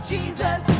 Jesus